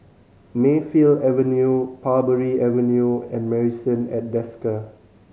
Mayfield Avenue Parbury Avenue and Marrison at Desker